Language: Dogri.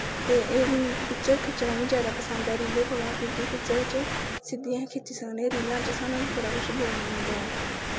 ते पिक्चर खिच्चना जादा पसंद ऐ रीलें कोला क्योंकि पिक्चर च सिद्धियां खिच्ची सकने आं पर रीलें च सानूं बड़ा कुछ बोलना पौंदा ऐ